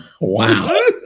wow